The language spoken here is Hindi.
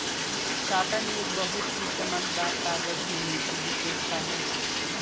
साटन एक बहुत ही चमकदार कागज होने की विशेषता है